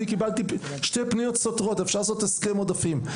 קיבלתי שתי פניות סותרות, אפשר לעשות הסכם עודפים.